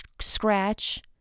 scratch